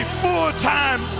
full-time